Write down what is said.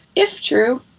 if true,